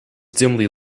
dimly